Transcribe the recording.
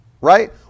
right